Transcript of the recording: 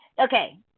okay